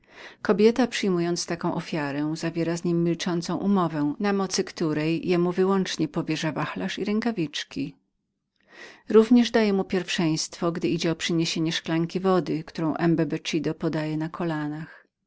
kobieta przyjmując takową ofiarę zawiera z nim milczącą umowę na mocy której jemu wyłącznie powierza wachlarz i rękawiczki również daje mu pierwszeństwo gdy idzie o przyniesienie jej szklanki wody którą embecevido podaje na kolanach